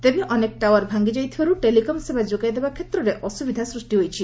ତେବେ ଅନେକ ଟାୱାର ଭାଙ୍ଗିଯାଇଥିବାରୁ ଟେଲିକମ୍ ସେବା ଯୋଗାଇଦେବା କ୍ଷେତ୍ରରେ ଅସୁବିଧା ସୃଷ୍ଟି ହୋଇଛି